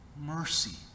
mercy